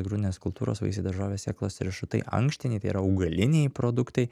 grūdinės kultūros vaisiai daržovės sėklos riešutai ankštiniai tai yra augaliniai produktai